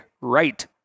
right